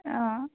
অ'